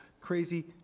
crazy